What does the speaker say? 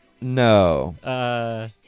No